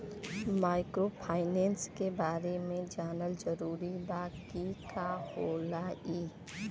Microfinance के बारे में जानल जरूरी बा की का होला ई?